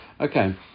Okay